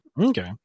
Okay